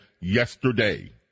yesterday